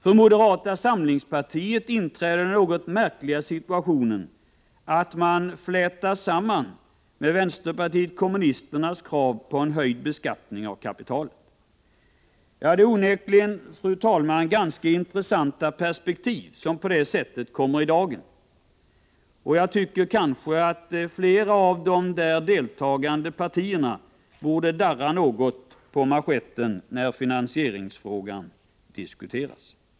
För moderata samlingspartiet inträffar det något märkliga att man flätas samman med vpk:s krav på en höjd beskattning av kapitalet. Det är onekligen, fru talman, ganska intressanta perspektiv som på det sättet kommer i dagen. Och jag tycker att flera av de deltagande partierna borde darra något på manschetten när frågan om finansieringen diskuteras.